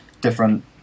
different